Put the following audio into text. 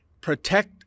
Protect